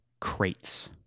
crates